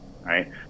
right